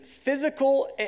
physical